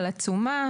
על עצומה.